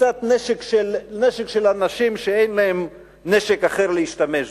קצת נשק של אנשים שאין להם נשק אחר להשתמש בו.